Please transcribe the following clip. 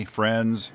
friends